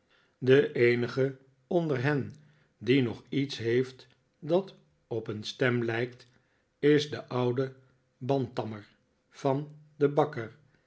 de eenige onder hen die nog iets heeft dat op een stem lijkt is de oude bantammer van den bakker